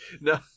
No